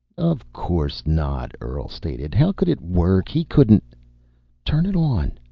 of course not, earl stated. how could it work? he couldn't turn it on!